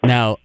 Now